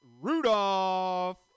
Rudolph